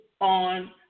on